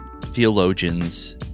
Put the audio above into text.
theologians